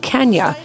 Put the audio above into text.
Kenya